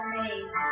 made